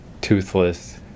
toothless